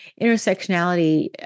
intersectionality